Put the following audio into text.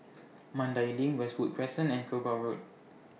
Mandai LINK Westwood Crescent and Kerbau Road